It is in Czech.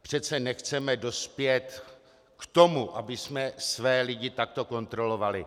Přece nechceme dospět k tomu, abychom své lidi takto kontrolovali.